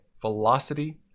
velocity